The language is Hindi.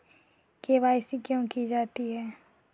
के.वाई.सी क्यों की जाती है?